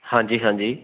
ਹਾਂਜੀ ਹਾਂਜੀ